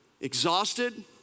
exhausted